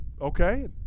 Okay